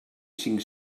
cinc